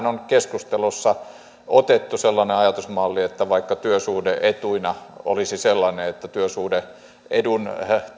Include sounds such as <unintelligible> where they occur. <unintelligible> on keskustelussa otettu sellainen ajatusmalli että vaikka työsuhde etuna olisi sellainen että työsuhde edun